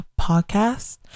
podcast